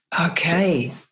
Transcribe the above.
Okay